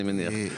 אני מניח.